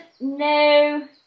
no